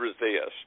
resist